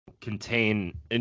contain